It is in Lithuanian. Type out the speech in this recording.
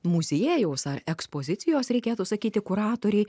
muziejaus ar ekspozicijos reikėtų sakyti kuratoriai